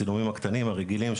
הצילומים הקטנים הרגילים,